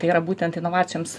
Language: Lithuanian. tai yra būtent inovacijoms